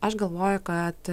aš galvoju kad